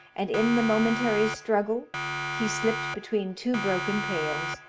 and in the momentary struggle he slipt between two broken pales,